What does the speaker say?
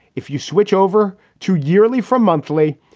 if you switch over to yearly from monthly,